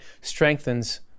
strengthens